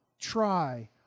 try